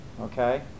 Okay